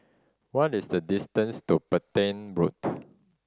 what is the distance to Petain Road